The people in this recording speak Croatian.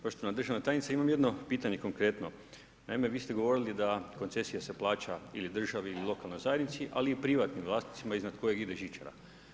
Poštovana državna tajnice imam jedno pitanje konkretno, naime vi ste govorili da koncesija se plaća ili državi ili lokalnoj zajednici, ali i privatnim vlasnicima iznad koje ide žičara.